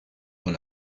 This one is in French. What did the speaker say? dans